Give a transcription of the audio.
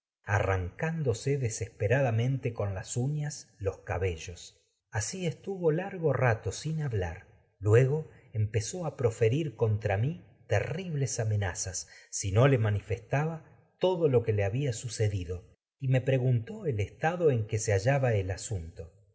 arrancándose cabellos desesperadamente con las uñas largo los así estuvo rato sin hablar luego empezó a proferir contra mi terribles lo que amenazas si no le manifestaba todo le había sucedido y me pre guntó el gos estado en que se hallaba el asunto